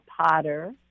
potter